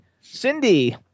Cindy